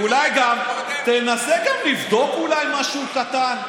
אולי גם תנסה לבדוק משהו קטן?